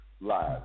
live